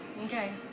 Okay